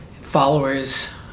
followers